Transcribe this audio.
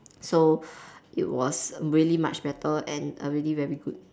so it was really much better and a really very good